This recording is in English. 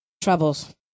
troubles